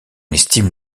estime